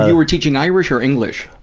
ah were teaching irish or english?